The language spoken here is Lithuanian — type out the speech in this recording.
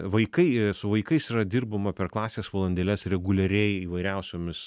vaikai su vaikais yra dirbama per klasės valandėles reguliariai įvairiausiomis